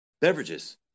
beverages